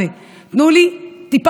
לי: